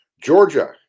Georgia